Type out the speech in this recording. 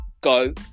go